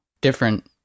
different